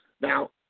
Now